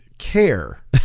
care